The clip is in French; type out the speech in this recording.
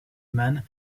mann